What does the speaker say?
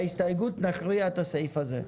בהסתייגות נכריע את הסעיף הזה.